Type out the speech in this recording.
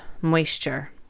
moisture